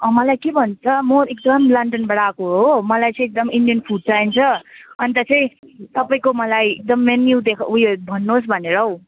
मलाई के भन्छ म एकदम लन्डनबाट आएको हो मलाई चाहिँ एकदम इन्डियन फुड चाहिन्छ अन्त चाहिँ तपाईँको मलाई एकदम मेन्यु देखाउ उयो भन्नुहोस् भनेर हौ